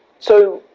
so,